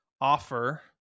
offer